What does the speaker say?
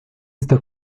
está